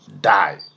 die